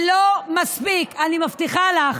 אני מבטיחה לך